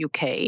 UK